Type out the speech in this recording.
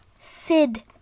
Sid